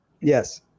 Yes